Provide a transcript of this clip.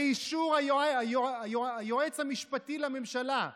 באישור היועץ המשפטי לממשלה.